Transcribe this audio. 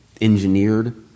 engineered